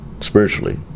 spiritually